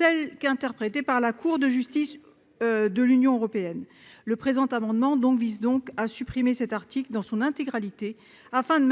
est interprétée par la Cour de justice de l'Union européenne (CJUE). Cet amendement vise donc à supprimer cet article dans son intégralité, afin de